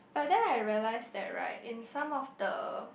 but then I realize that right in some of the